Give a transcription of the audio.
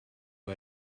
who